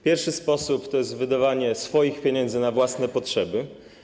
Pierwszy sposób to jest wydawanie swoich pieniędzy na własne potrzeby.